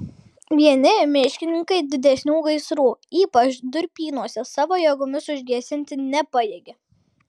vieni miškininkai didesnių gaisrų ypač durpynuose savo jėgomis užgesinti nepajėgė